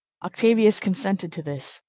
octavius consented to this.